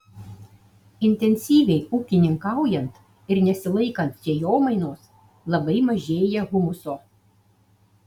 intensyviai ūkininkaujant ir nesilaikant sėjomainos labai mažėja humuso